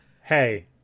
hey